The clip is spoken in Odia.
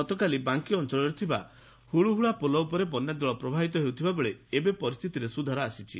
ଗତକାଲି ବାଙ୍କୀ ଅଞ୍ଚଳରେ ଥିବା ହୁଳୁହୁଳା ପୋଲ ଉପରେ ବନ୍ୟାଜଳ ପ୍ରବାହିତ ହେଉଥିବାବେଳେ ଏବେ ପରିସ୍ରିତିରେ ସୁଧାର ଆସିଛି